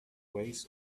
waits